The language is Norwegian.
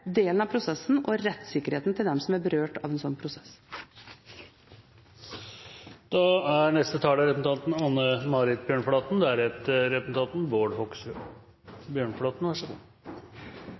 delen av prosessen og med rettssikkerheten til dem som er berørt av en sånn prosess. For Arbeiderpartiet er